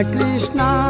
Krishna